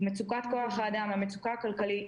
מצוקת כוח האדם והמצוקה הכלכלית.